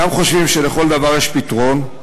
גם חושבים שלכל דבר יש פתרון,